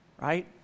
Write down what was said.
right